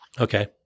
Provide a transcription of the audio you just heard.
Okay